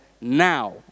now